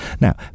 Now